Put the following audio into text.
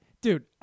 Dude